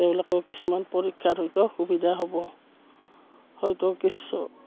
তেওঁলোকে কিছুমান পৰীক্ষাৰ হয়তো সুবিধা হ'ব হয়তো কিছু